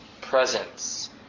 presence